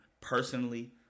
personally